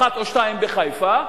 אחת או שתיים בחיפה,